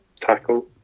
tackle